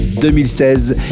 2016